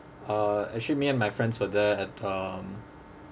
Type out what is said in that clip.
uh actually me and my friends were there at um